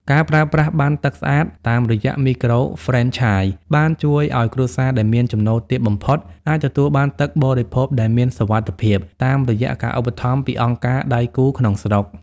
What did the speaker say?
ការប្រើប្រាស់ "ប័ណ្ណទឹកស្អាត" តាមរយៈមីក្រូហ្វ្រេនឆាយ បានជួយឱ្យគ្រួសារដែលមានចំណូលទាបបំផុត អាចទទួលបានទឹកបរិភោគដែលមានសុវត្ថិភាព តាមរយៈការឧបត្ថម្ភពីអង្គការដៃគូក្នុងស្រុក។